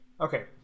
Okay